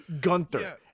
gunther